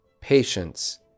Patience